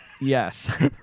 Yes